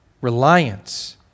reliance